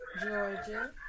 Georgia